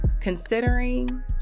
considering